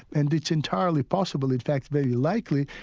and it's entirely possible, in fact, very likely,